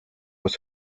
was